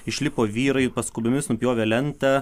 išlipo vyrai paskubomis nupjovė lentą